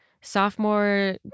sophomore